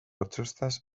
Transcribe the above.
otsustas